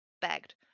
begged